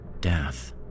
death